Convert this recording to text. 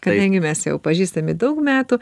kadangi mes jau pažįstami daug metų